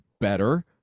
better